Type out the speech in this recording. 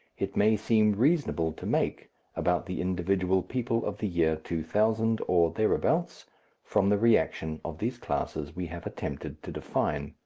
it may seem reasonable to make about the individual people of the year two thousand or thereabouts from the reaction of these classes we have attempted to define.